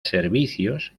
servicios